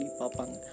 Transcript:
papang